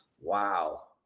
Wow